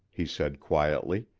he said quietly.